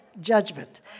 judgment